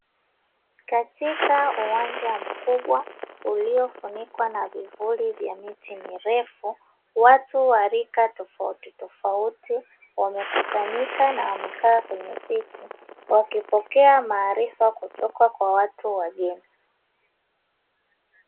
Katika uwanja mkubwa uliofunikwa na vivuli vya miti mirefu, watu wa rika tofautitofauti wamekusanyika na wamekaa kwenye viti, wakipokea maarifa kutoka kwa watu wageni.